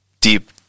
deep